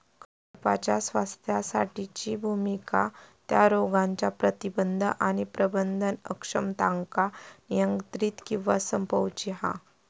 कळपाच्या स्वास्थ्यासाठीची भुमिका त्या रोगांच्या प्रतिबंध आणि प्रबंधन अक्षमतांका नियंत्रित किंवा संपवूची हा